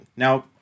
Now